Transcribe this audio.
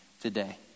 today